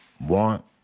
want